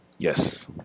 Yes